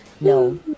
no